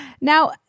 Now